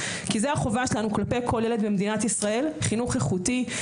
כי זו החובה שלנו כלפי כל ילד במדינת ישראל חינוך איכותי,